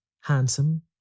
handsome